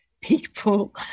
people